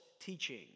teaching